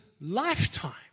lifetime